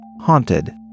haunted